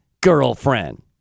girlfriend